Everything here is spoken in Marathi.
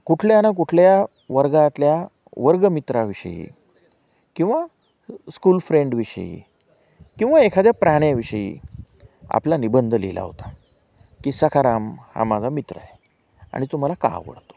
कुठल्या ना कुठल्या वर्गातल्या वर्ग मित्राविषयी किंवा स्कूल फ्रेंडविषयी किंवा एखाद्या प्राण्याविषयी आपला निबंध लिहिला होता की सखाराम हा माझा मित्र आहे आणि तो मला का आवडतो